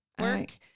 work